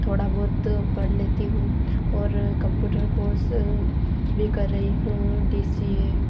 थोड़ा बहुत पढ़ लेती हूँ और कम्पूटर कोर्स भी कर रही हूँ डी सी ए